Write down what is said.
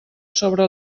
sobre